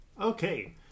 Okay